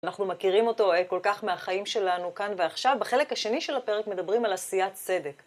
אנחנו מכירים אותו כל כך מהחיים שלנו כאן ועכשיו, בחלק השני של הפרק מדברים על עשיית צדק.